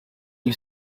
you